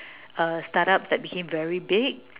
uh startups that became very big